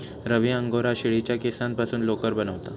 रवी angora शेळीच्या केसांपासून लोकर बनवता